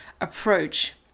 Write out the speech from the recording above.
approach